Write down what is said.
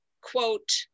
quote